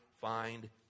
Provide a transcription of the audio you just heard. find